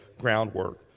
groundwork